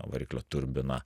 variklio turbina